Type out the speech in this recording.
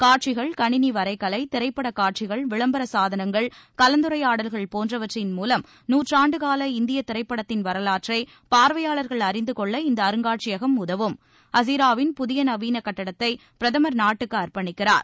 காட்சிகள் கணினி வரைகலை திரைப்படக்காட்சிகள் விளம்பர சாதனங்கள் கலந்துரையாடல்கள் போன்றவற்றின் மூலம் நூற்றாண்டுகால இந்திய திரைப்படத்தின் வரவாற்றை பார்வையாளர்கள் அறிந்து கொள்ள இந்த அருங்காட்சியகம் உதவும் ஹஸிராவில் புதிய நவீன கட்டிடத்தை பிரதமர் நாட்டுக்கு அர்ப்பணிக்கிறார்